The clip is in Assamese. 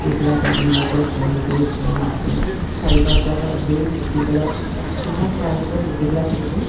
দি পেলাই ধুনীয়াকৈ ঘঁহি পিহি ধোওঁ মাছখিনি চাৰি পাঁচবাৰকৈ ধুই টুকি পেলাই ফুটা খৰাহী এটাত টুকি পেলাই থৈ দিওঁ